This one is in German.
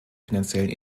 finanziellen